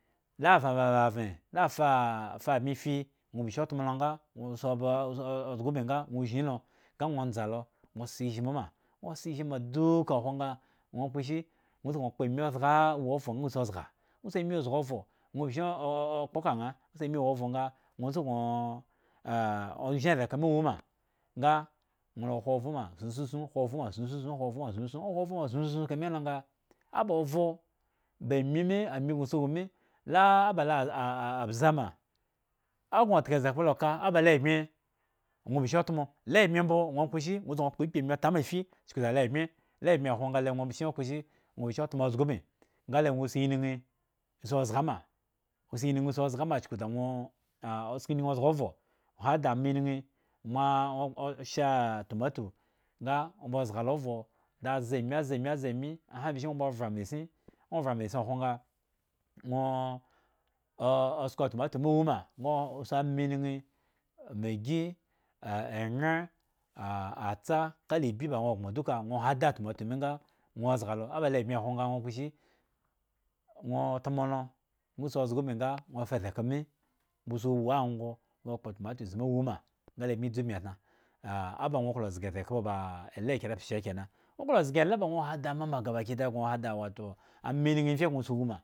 La vavavren nga fafa bme fi nwo bishin tmo lo nga wo gi aba zga ubmi nga nwo zwin nga nwo ndza lo nwo se izhmu ma o se izhmu ma tuka khwo nga nwo kposhi nwo sukun kpo ami zga a owu okro nga nwo zga si ami zga ovro nwo bishin o kpo ka aa si ami wu ovronga nwo sukun o ozhin esekhpa a mi wu ma nga nwo lahko ovro ma sku sun kho ovro sun sun kho ovro sun sun okho ovro ma ka mi lo nga aba ovro ba ami mi ami gno si wu mi la aba la abza m o go tka sekhpa lo oka ala le imye nwo bishin tmole bmye mbo nwo kpo ishi nwo sukun kpo ikpi ami tamafi chuku da le tmye le imye khwo bga nwo bighin kposhi nwo bishin tmo zga ubmi nga le nwo si inin si zga ma si inin zga ma chuku da nwoo sko inin zga ovro hada anainin maa oo shaaatomatu nga obo zga lo ovre da za mi za mi za mi zhan bishin nwo ba vre amasin nwo vre massin whwo nga nwoo oo sko atomatu mi owu ma nga osi ama inin maggi enyre atsa kala ibyi ba nwo ghmo duka hada atomatu mi nga nwo o zga lo oo ba lo abmye khwo nga nwo kposhi nwo tmo lo nga si zga ubmi nga nwo fa sekhpa me ba si wu ango nga kpo tomotus wu ma nga le bmi dzu ubmi tna a ba nwo klo zga sekhpa baa hada ama ma gabakiya go hada wato